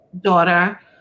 daughter